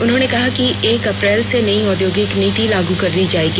उन्होंने कहा कि एक अप्रैल से नई औद्योगिक नीति लागू कर दी जाएगी